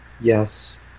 Yes